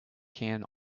can